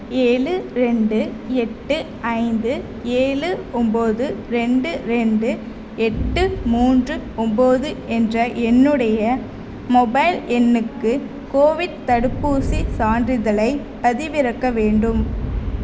ஏழு ரெண்டு எட்டு ஐந்து ஏழு ஒம்போது ரெண்டு ரெண்டு எட்டு மூன்று ஒம்போது என்ற என்னுடைய மொபைல் எண்ணுக்கு கோவிட் தடுப்பூசிச் சான்றிதழைப் பதிவிறக்க வேண்டும்